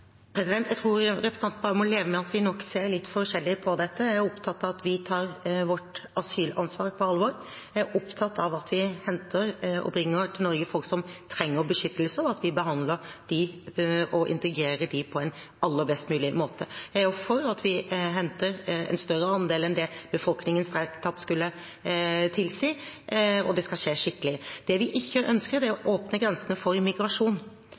Jeg tror representanten bare må leve med at vi nok ser litt forskjellig på dette. Jeg er opptatt av at vi tar vårt asylansvar på alvor. Jeg er opptatt av at vi henter og bringer til Norge folk som trenger beskyttelse, og at vi behandler dem og integrerer dem på aller best mulig måte. Jeg er for at vi henter en større andel enn det befolkningen strengt tatt skulle tilsi, og det skal skje skikkelig. Det vi ikke ønsker, er å åpne grensene for migrasjon.